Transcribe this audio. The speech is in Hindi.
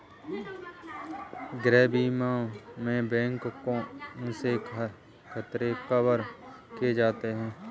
गृह बीमा में कौन कौन से खतरे कवर किए जाते हैं?